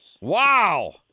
Wow